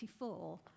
1984